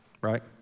Right